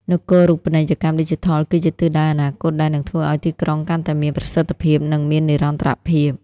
នគរូបនីយកម្មឌីជីថល គឺជាទិសដៅអនាគតដែលនឹងធ្វើឱ្យទីក្រុងកាន់តែមានប្រសិទ្ធភាព និងមាននិរន្តរភាព។